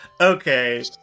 Okay